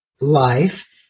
life